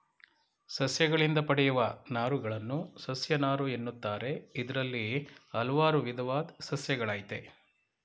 ಸಸ್ಯಗಳಿಂದ ಪಡೆಯುವ ನಾರುಗಳನ್ನು ಸಸ್ಯನಾರು ಎನ್ನುತ್ತಾರೆ ಇದ್ರಲ್ಲಿ ಹಲ್ವಾರು ವಿದವಾದ್ ಸಸ್ಯಗಳಯ್ತೆ